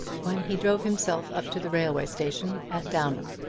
when he drove himself up to the railway station at downham.